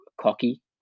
cocky